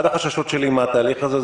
אחד החששות מהתהליך הזה,